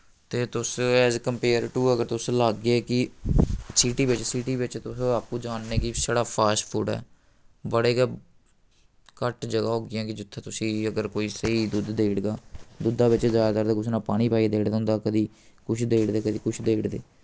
ते तुस as compare to अगर तुस लागे कि सिटी बिच्च सिटी बिच्च तुस आपूं जाननें कि छड़ा फास्ट फूड ऐ बड़े गै घट्ट ज'गा होगियां कि जित्थै तुसें अगर कोई स्हेई दुद्ध देई ओड़गा दुद्धा बिच्च जैदातर ते कुसै ने पानी पाई देई ओड़े दा होंदा कदी कुछ देई ओड़दे कदी कुछ देई ओड़दे